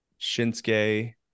Shinsuke